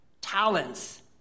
talents